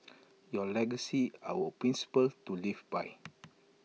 your legacy our principles to live by